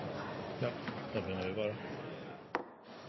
Ja, det